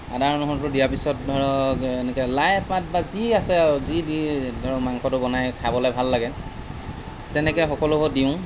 আদা নহৰুটো দিয়া পিছত ধৰক এনেকে লাই পাত বা যি আছে আৰু যি দি ধৰক মাংসটো বনাই খাবলৈ ভাল লাগে তেনেকৈ সকলোবোৰ দিওঁ